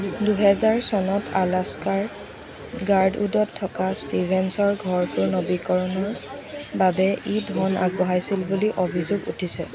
দুহেজাৰ চনত আলাস্কাৰ গাৰ্ডউডত থকা ষ্টিভেন্সৰ ঘৰটোৰ নৱীকৰণৰ বাবে ই ধন আগবঢ়াইছিল বুলি অভিযোগ উঠিছে